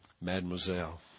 Mademoiselle